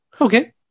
Okay